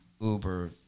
Uber